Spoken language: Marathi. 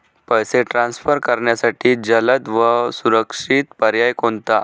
पैसे ट्रान्सफर करण्यासाठी जलद व सुरक्षित पर्याय कोणता?